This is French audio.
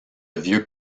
vieux